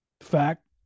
Fact